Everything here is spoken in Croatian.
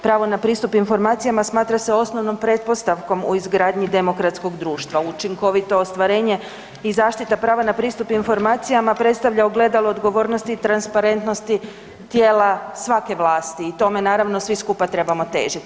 Pravo na pristup informacijama smatra se osnovnom pretpostavkom u izgradnji demokratskog društva, učinkovito ostvarenje i zaštita prava na pristup informacijama predstavlja ogledalo odgovornosti i transparentnosti tijela svake vlasti i tome, naravno, svi skupa trebamo težiti.